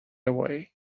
away